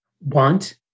want